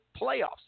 playoffs